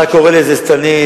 אתה קורא לזה שטנית,